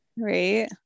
Right